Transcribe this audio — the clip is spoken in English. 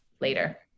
later